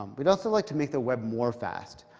um we'd also like to make the web more fast.